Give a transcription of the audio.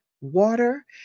water